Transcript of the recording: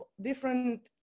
different